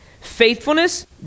faithfulness